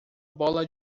bola